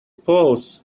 poles